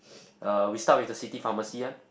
uh we start with the city pharmacy [one]